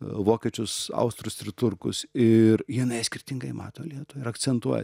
vokiečius austrus ir turkus ir jinai skirtingai mato lietuvą ir akcentuoja